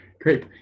Great